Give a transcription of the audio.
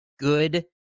good